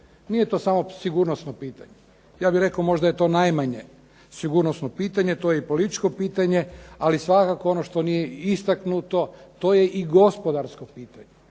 Nije to samo sigurnosno pitanje, ja bih rekao možda je to najmanje sigurnosno pitanje, to je i političko pitanje, ali svakako ono što nije istaknuto to je i gospodarsko pitanje.